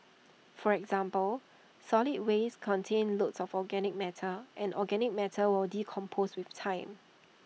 for example solid waste contains lots of organic matter and organic matter will decompose with time